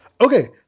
Okay